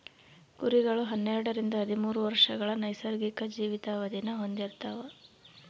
ಕುರಿಗಳು ಹನ್ನೆರಡರಿಂದ ಹದಿಮೂರು ವರ್ಷಗಳ ನೈಸರ್ಗಿಕ ಜೀವಿತಾವಧಿನ ಹೊಂದಿರ್ತವ